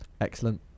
Excellent